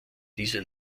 diese